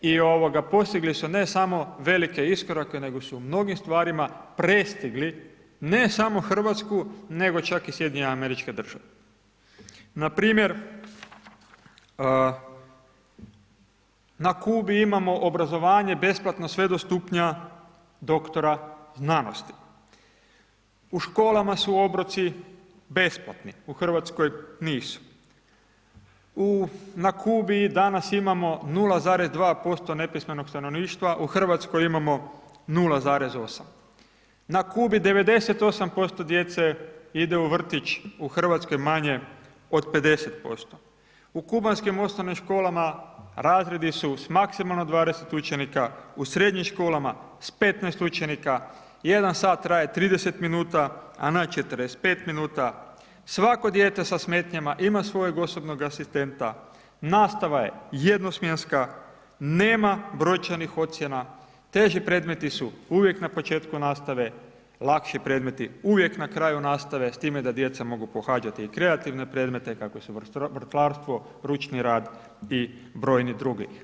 I postigli su ne samo velike iskorake nego su u mnogim stvarima prestigli ne samo Hrvatsku nego čak i SAD, npr. na Kubi imamo obrazovanje sve do stupnja doktora znanosti, u školama su obroci besplatni u Hrvatskoj nisu, u na Kubi danas imamo 0,2% nepismenog stanovništva u Hrvatskoj imamo 0,8, na Kubi 98% djece ide u vrtić u Hrvatskoj manje od 50%, u kubanskim osnovnim školama razredi su s maksimalno 20 učenika, u srednjim školama s 15 učenika, 1 sat traje 30 minuta, a ne 45 minuta, svako dijete sa smetnjama ima svojeg osobnog asistenta, nastava je jedno smjenska nema brojčanih ocjena, teži predmeti su uvijek na početku nastave, lakši predmeti uvijek na kraju nastave s time da djeca mogu pohađati i kreativne predmete kakvi su vrtlarstvo, ručni rad i brojni drugi.